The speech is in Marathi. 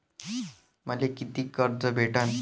मले कितीक कर्ज भेटन?